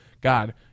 God